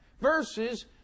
versus